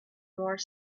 more